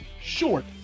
Short